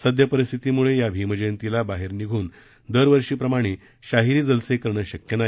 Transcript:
सद्यपरिस्थितीमुळे या भीमजयंतीला बाहेर निघून दरवर्षीप्रमाणे शाहिरी जलसे करणे शक्य नाही